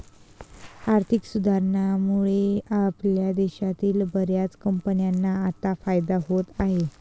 आर्थिक सुधारणांमुळे आपल्या देशातील बर्याच कंपन्यांना आता फायदा होत आहे